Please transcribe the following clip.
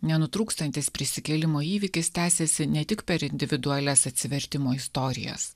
nenutrūkstantis prisikėlimo įvykis tęsiasi ne tik per individualias atsivertimo istorijas